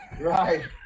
Right